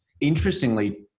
interestingly